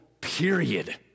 period